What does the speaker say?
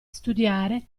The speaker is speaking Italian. studiare